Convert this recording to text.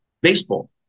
baseball